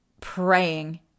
praying